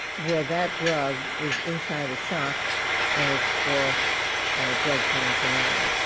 where that drug is inside a sock and it's for drug paraphernalia.